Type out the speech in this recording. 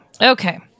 Okay